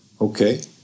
Okay